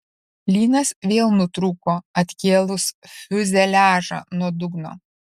lynas vėl nutrūko atkėlus fiuzeliažą nuo dugno